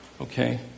Okay